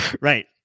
Right